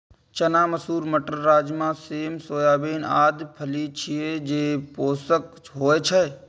चना, मसूर, मटर, राजमा, सेम, सोयाबीन आदि फली छियै, जे पोषक होइ छै